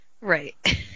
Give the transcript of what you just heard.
right